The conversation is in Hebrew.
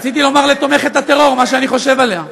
רציתי לומר לתומכת הטרור מה שאני חושב עליה.